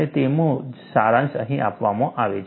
અને તેનો જ સારાંશ અહીં આપવામાં આવ્યો છે